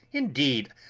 indeed!